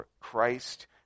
Christ